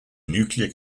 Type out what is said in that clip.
nuclear